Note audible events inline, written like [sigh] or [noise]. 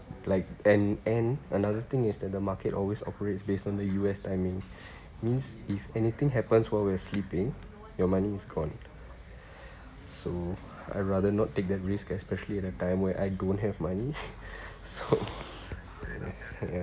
like and and another thing is that the market always operates based on the U_S timing [breath] means if anything happens while we're sleeping your money is gone so I'd rather not take that risk especially in a time where I don't have money [laughs] so ya